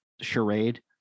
charade